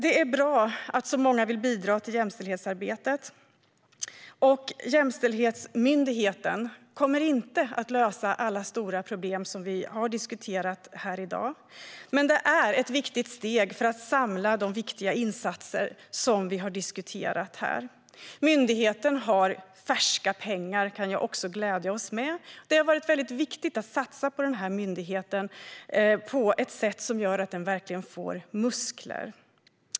Det är bra att många vill bidra till jämställdhetsarbetet. Jämställdhetsmyndigheten kommer inte att lösa alla stora problem som vi har diskuterat i dag, men det är ett viktigt steg för att samla de viktiga insatser som vi har diskuterat här. Myndigheten har färska pengar - det kan jag glädja oss med. Det har varit väldigt viktigt att satsa på denna myndighet på ett sätt som gör att den verkligen får muskler.